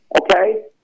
okay